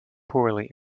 poorly